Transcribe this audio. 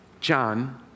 John